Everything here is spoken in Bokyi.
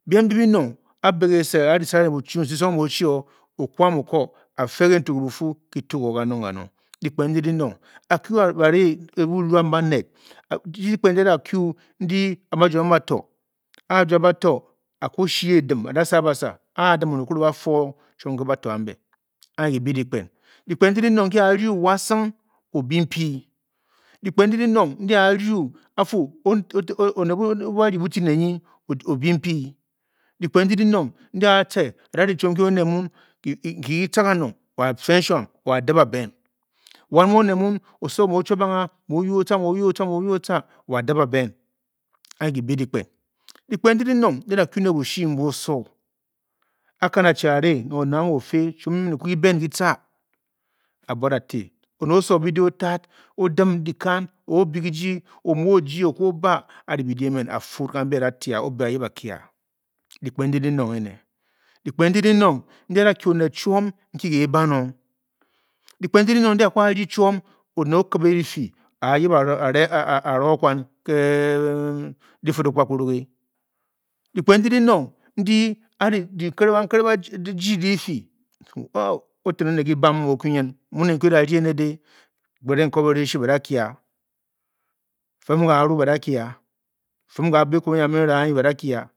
Biem, mbi bínòng ǎ bě kèsé a rǐ saré ne buchǔu, msisonghe mu o-chi o, okwa mu ko, a-fe ge tughebufuu ki tûgě o kanung, kanung, dyikpen ndi dinong a a-kyu ne bare ke buruam baned, chi dyikpen ndi adaa kyu ndi amuu a ju a bang bato aa kwu shii e-dim a da a sa basaa, a a dim oned okiré o-ba fe o chiom ke bato ambe, anyi dyibi diyikpen Dyikpen ndi dinong ndi aa ryu wa sung o-bii mpii dyikpen ndi di nang, ndi aa rwu oned muu ba rdi butii ne nyi o-bii mpiidyikpen ndi dimong ndiwa atca a-da ri chiom nki oned n ki ki tca kanong wo a-fe nshuam wo a-dim a-ben wan mu oned muu oso muo- o-chu abang a, mu o-yuu o-tca mu o-yuu. O-tca wo a-dib a-ben anyi ki bi dyikpen-Dyikpen ndi a a da kyu ne bushii mbuu oso, a a kan achi a-re oned amu o-fe chiom emen ndi di ben ditca a-buad á-tè oned oso bidě ox tad, o-dim di kan or o-bie gijii omu o-jyi ō-kwu o-ba a ri bidě emen a-da kie a, dyikpen ndi dinong ene dyikpen ndi di nong ndi dinong ene, dyikpen ndi di nong ndi a da kie oned chiom nki kei ban o, dyikpen ndi dunong ndi a kwu a-rdi chiom oned o-ki bè difii, ayib arò quan ke difid okpakpung e dyikpen ndi dinong ndi a re nkere di jii di fii oten oned di bam mu o da kyu. Nyin, muu ne nki o-da rdi ene de, kpere nkop ereshi ba da kie a, fum kaaru a-da kie a, fum kabii ekwob enyiam nyi n ram anyi ba da kie a